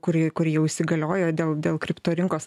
kuri kuri jau įsigaliojo dėl dėl kripto rinkos